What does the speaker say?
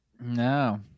No